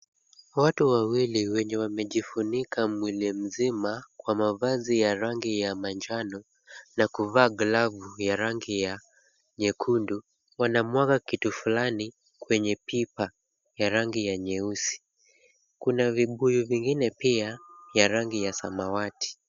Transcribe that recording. Watu wawili wenye wamejifunika mwili mzima kwa mavazi ya rangi ya manjano na kuvaa glavu ya rangi ya nyekundu, wanamwaga kitu fulani kwenye pipa ya rangi ya nyeusi. Kuna vibuyu vingine pia ya rangi ya samawati.